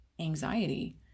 anxiety